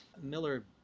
Miller